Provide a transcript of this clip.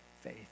faith